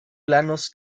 planos